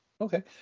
okay